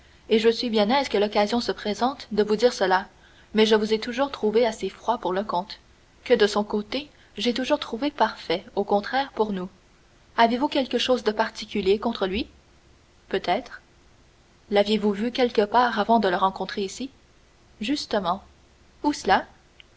et je suis bien aise que l'occasion se présente de vous dire cela mais je vous ai toujours trouvé assez froid pour le comte que de son côté j'ai toujours trouvé parfait au contraire pour nous avez-vous quelque chose de particulier contre lui peut-être laviez vous vu déjà quelque part avant de le rencontrer ici justement où cela